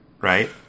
right